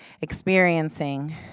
experiencing